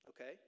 Okay